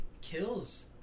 kills